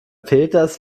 peters